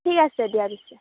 ঠিক আছে দিয়া পিছে